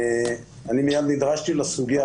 אני מייד נדרשתי לסוגיה.